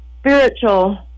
spiritual